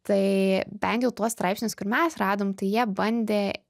tai bent jau tuos straipsnius kur mes radom tai jie bandė